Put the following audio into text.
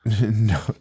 No